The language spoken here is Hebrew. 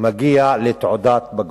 מגיע לתעודת בגרות.